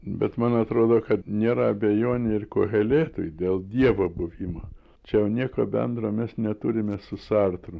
bet man atrodo kad nėra abejonių ir koheletui dėl dievo buvimo čia jau nieko bendro mes neturime su sartru